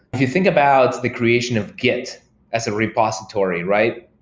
if you think about the creation of git as a repository, right?